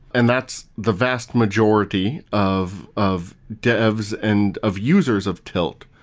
and that's the vast majority of of devs and of users of tilt.